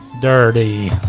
Dirty